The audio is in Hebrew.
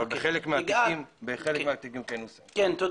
אבל בחלק מהתיקים כן --- יגאל,